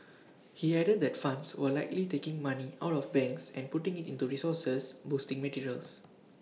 he added that funds were likely taking money out of banks and putting IT into resources boosting materials